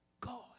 God